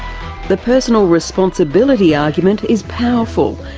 the personal responsibility argument is powerful.